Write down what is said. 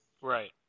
Right